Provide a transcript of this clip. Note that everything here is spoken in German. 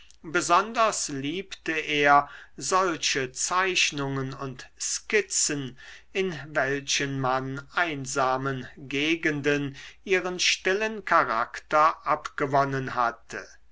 besonders liebte er solche zeichnungen und skizzen in welchen man einsamen gegenden ihren stillen charakter abgewonnen hatte